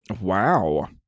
Wow